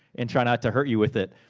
and try not to hurt you with it.